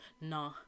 Nah